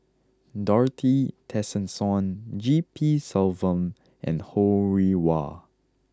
Dorothy Tessensohn G P Selvam and Ho Rih Hwa